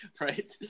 Right